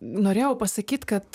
norėjau pasakyt kad